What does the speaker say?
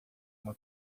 uma